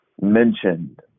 mentioned